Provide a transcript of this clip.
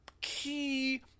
key